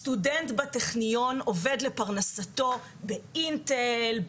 סטודנט בטכניון עובד לפרנסתו באינטל,